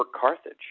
Carthage